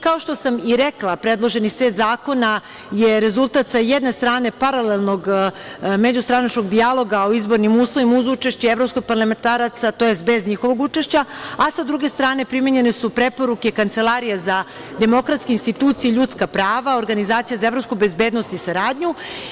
Kao što sam i rekla, predloženi set zakona je rezultat sa jedne strane paralelnog međustranačkog dijaloga o izbornim uslovima uz učešće evropskih parlamentaraca, tj. bez njihovog učešća, a sa druge strane, primenjene su preporuke Kancelarije za demokratske institucije i ljudska prava Organizacije za evropsku bezbednost i saradnju.